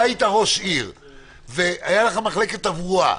אתה היית ראש עירייה והייתה לך מחלקת תברואה,